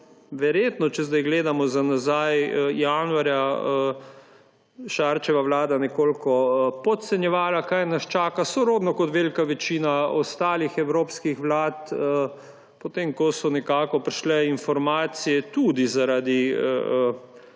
verjetno, če zdaj gledamo za nazaj, januarja Šarčeva vlada nekoliko podcenjevala, kaj nas čaka, podobno kot velika večina ostalih evropskih vlad. Ko so potem nekako prišle informacije tudi zaradi slovenskih